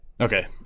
Okay